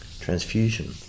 transfusion